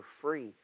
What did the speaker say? free